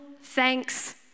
thanks